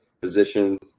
position